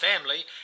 family